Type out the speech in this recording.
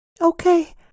Okay